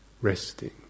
resting